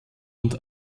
und